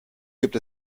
gibt